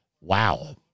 Wow